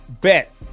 bet